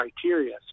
criteria